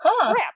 crap